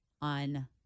on